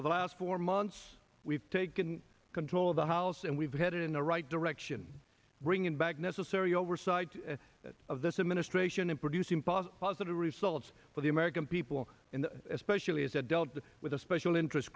for the last four months we've taken control of the house and we've had it in the right direction bringing back necessary oversight of this administration in producing positive results for the american people in the especially as it dealt with the special interest